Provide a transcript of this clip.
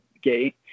gate